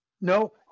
no